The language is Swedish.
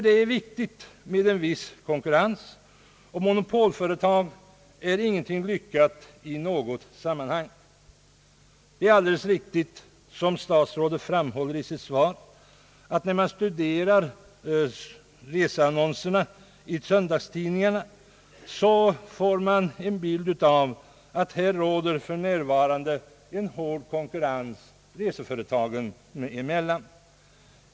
Det är viktigt med en viss konkurrens, och monopolföretag är ingenting lyckat i något sammanhang. Det är alldeles riktigt som statsrådet framhåller i sitt svar att när man studerar reseannonserna i söndagstidningarna får man en bild av att här för närvarande råder en hård konkurrens reseföretagen emellan.